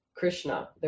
Krishna